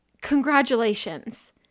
congratulations